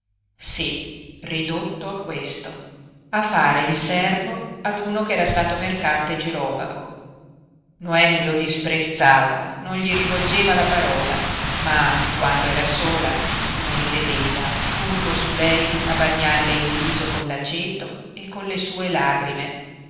sí ridotto a questo a fare il servo ad uno ch'era stato mercante girovago noemi lo disprezzava non gli rivolgeva la parola ma quando era sola lo rivedeva curvo su lei a bagnarle il viso con l'aceto e con le sue lagrime